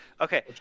Okay